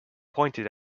pointed